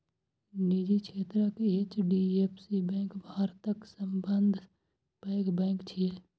निजी क्षेत्रक HDFC bank भारतक सबसं पैघ बैंक छियै